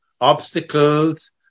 Obstacles